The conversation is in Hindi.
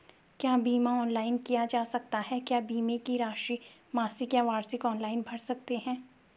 क्या बीमा ऑनलाइन किया जा सकता है क्या बीमे की राशि मासिक या वार्षिक ऑनलाइन भर सकते हैं?